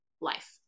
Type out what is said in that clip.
life